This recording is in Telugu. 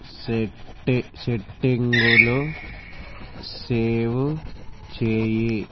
సెట్టి సెట్టింగులు సేవ్ చెయ్యి